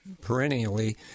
perennially